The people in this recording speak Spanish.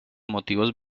motivos